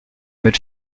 mit